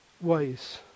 ways